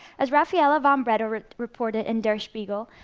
as rafaela von bredow reported in der spiegel,